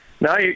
no